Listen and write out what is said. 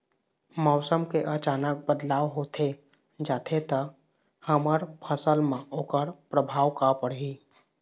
मौसम के अचानक बदलाव होथे जाथे ता हमर फसल मा ओकर परभाव का पढ़ी?